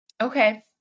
Okay